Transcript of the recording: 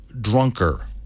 drunker